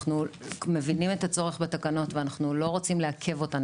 אנחנו מבינים את הצורך בתקנות ולא רוצים לעכב אותן,